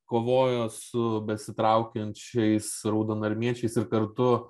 kovojo su besitraukiančiais raudonarmiečiais ir kartu